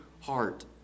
heart